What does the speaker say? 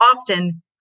often